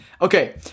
Okay